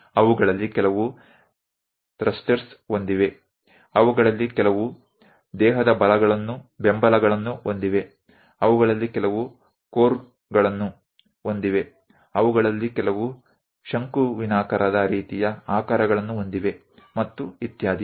ಅವುಗಳಲ್ಲಿ ಕೆಲವು ಥ್ರಸ್ಟರ್ಗಳನ್ನು ಹೊಂದಿವೆ ಅವುಗಳಲ್ಲಿ ಕೆಲವು ದೇಹದ ಬೆಂಬಲಗಳನ್ನು ಹೊಂದಿವೆ ಅವುಗಳಲ್ಲಿ ಕೆಲವು ಕೋರ್ಗಳನ್ನು ಹೊಂದಿವೆ ಅವುಗಳಲ್ಲಿ ಕೆಲವು ಶಂಕುವಿನಾಕಾರದ ರೀತಿಯ ಆಕಾರಗಳನ್ನು ಹೊಂದಿವೆ ಮತ್ತು ಇತ್ಯಾದಿ